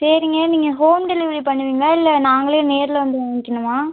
சரிங்க நீங்கள் home delivery பண்ணுவீங்களா இல்லை நாங்களே நேரில் வந்து வாங்கிக்கணுமா